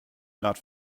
not